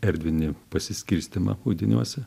erdvinį pasiskirstymą audiniuose